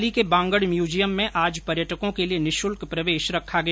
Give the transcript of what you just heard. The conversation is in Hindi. पाली के बांगड़ म्यूजियम में आज पर्यटकों के लिये निशुल्क प्रवेश रखा गया